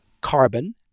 carbon